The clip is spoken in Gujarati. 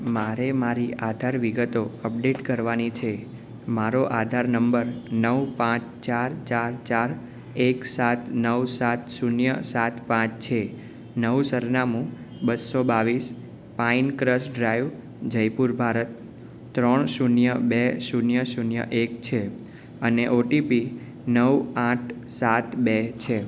મારે મારી આધાર વિગતો અપડેટ કરવાની છે મારો આધાર નંબર નવ પાંચ ચાર ચાર ચાર એક સાત નવ સાત શૂન્ય સાત પાંચ છે નવું સરનામું બસો બાવીસ pine crush drive Jaipur Bharat ત્રણ શૂન્ય બે શૂન્ય શૂન્ય એક છે અને ઓટીપી નવ આઠ સાત બે છે